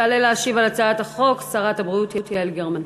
תעלה להשיב על הצעת החוק שרת הבריאות יעל גרמן.